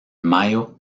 mayo